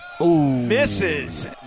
Misses